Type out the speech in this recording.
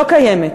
היא לא קיימת.